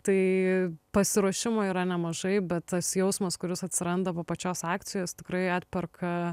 tai pasiruošimo yra nemažai bet tas jausmas kuris atsiranda po pačios akcijos tikrai atperka